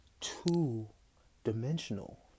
two-dimensional